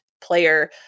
player